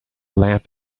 lamp